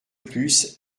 plus